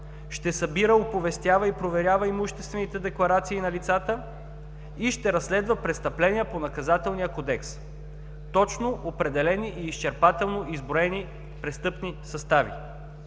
ще събира, оповестява и проверява имуществените декларации на лицата и ще разследва престъпления по Наказателния кодекс. Точно определени и изчерпателно изброени престъпни състави.